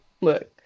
Look